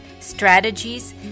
Strategies